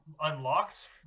unlocked